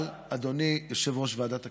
אבל, אדוני יושב-ראש ועדת הכנסת,